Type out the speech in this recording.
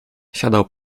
siadał